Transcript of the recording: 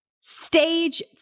Stage